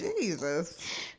Jesus